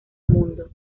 mundo